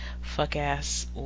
Fuck-ass